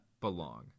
belong